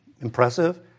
impressive